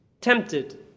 tempted